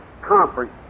conference